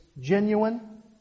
genuine